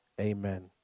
amen